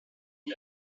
abu